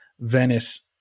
venice